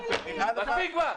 מספיק כבר.